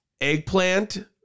eggplant